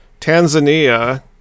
Tanzania